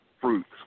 fruits